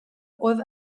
oedd